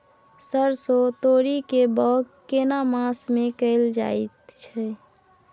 सरसो, तोरी के बौग केना मास में कैल जायत छै?